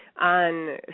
on